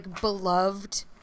beloved